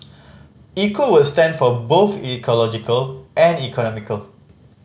Eco would stand for both ecological and economical